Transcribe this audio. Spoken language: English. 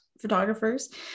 photographers